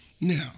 Now